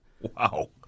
Wow